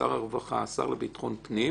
שר הרווחה, השר לביטחון פנים"